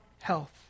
health